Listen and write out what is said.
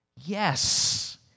Yes